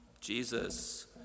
Jesus